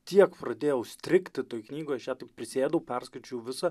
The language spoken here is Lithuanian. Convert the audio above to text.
tiek pradėjau strigti toj knygoj aš ją taip prisėdau perskaičiau visą